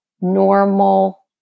normal